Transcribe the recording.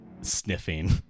sniffing